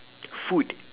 food